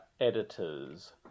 editors